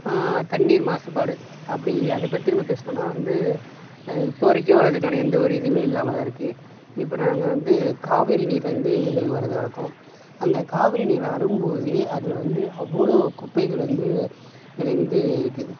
தண்ணீர் மாசுபாடு அப்படி அதை பற்றி நம்ப பேசணும்னா வந்து இப்போ வரைக்கும் அதுக்கான எந்த ஒரு இதுவுமே இல்லாம தான் இருக்கு இப்போ நாங்கள் வந்து காவேரி நீர் வந்து எங்களுக்கு வரது வழக்கம் அந்த காவேரி நீர் வரும்போதே அதில் வந்த அவ்வளோ குப்பைகள் வந்து விரிந்து இருக்கு